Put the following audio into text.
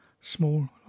small